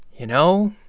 you know,